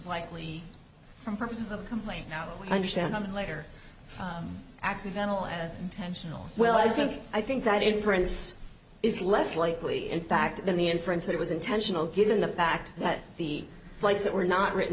likely from purposes of complaint now i understand and later accidental as tensional well i think i think that inference is less likely in fact than the inference that it was intentional given the fact that the lights that were not written